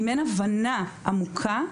אם אין הבנה עמוקה,